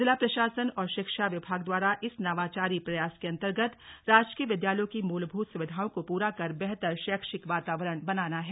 जिला प्रशासन और शिक्षा विभाग द्वारा इस नवाचारी प्रयास के अंतर्गत राजकीय विद्यालयों की मूलभूत सुविधाओं को पूरा कर बेहतर शैक्षिक वातावरण बनाना है